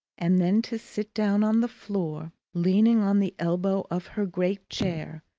and then to sit down on the floor, leaning on the elbow of her great chair,